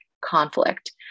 conflict